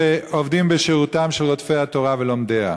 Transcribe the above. שעובדים בשירותם של רודפי התורה ולומדיה?